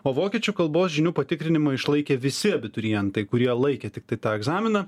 o vokiečių kalbos žinių patikrinimą išlaikė visi abiturientai kurie laikė tiktai tą egzaminą